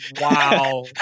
Wow